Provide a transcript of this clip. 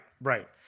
right